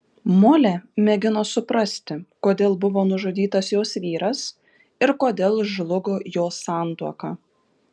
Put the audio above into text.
molė mėgino suprasti kodėl buvo nužudytas jos vyras ir kodėl žlugo jos santuoka